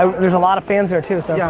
there's a lot of fans there, too, so. yeah